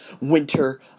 winter